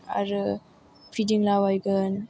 आरो फिदिंलाबायगोन